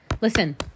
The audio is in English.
Listen